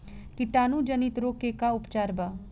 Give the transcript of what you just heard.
कीटाणु जनित रोग के का उपचार बा?